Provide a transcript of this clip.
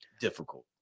difficult